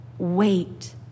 wait